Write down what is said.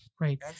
Right